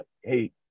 hey